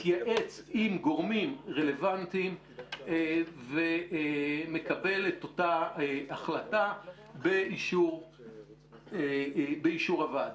מתייעץ עם גורמים רלוונטיים ומקבל את אותה החלטה באישור הוועדה.